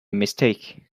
mistake